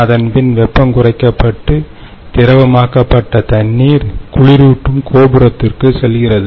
அதன்பின் வெப்பம் குறைக்கப்பட்டு திரவம் ஆக்கப்பட்ட தண்ணீர் குளிரூட்டும் கோபுரத்திற்கு செல்கிறது